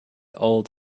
old